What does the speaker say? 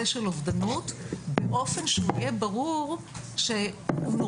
של אובדנות באופן שהוא יהיה ברור שנורמטיבי,